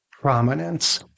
prominence